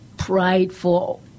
prideful